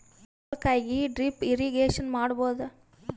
ಪಡವಲಕಾಯಿಗೆ drip irrigation ಮಾಡಬೋದ?